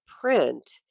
print